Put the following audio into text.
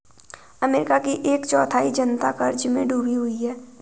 America की एक चौथाई जनता क़र्ज़ में डूबी हुई है